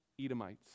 Edomites